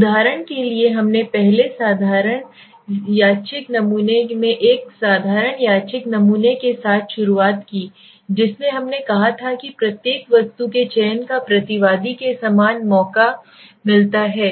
उदाहरण के लिए हमने पहले साधारण यादृच्छिक नमूने में एक साधारण यादृच्छिक नमूने के साथ शुरुआत की जिसमें हमने कहा था कि प्रत्येक वस्तु के चयन का प्रतिवादी को समान मौका मिलता है